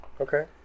Okay